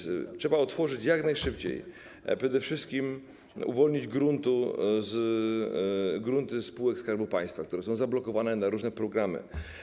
Trzeba otworzyć to jak najszybciej, przede wszystkim uwolnić grunty spółek Skarbu Państwa, które są zablokowane przez różne programy.